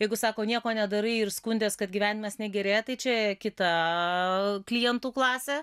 jeigu sako nieko nedarai ir skundies kad gyvenimas negerėja tai čia kita klientų klasė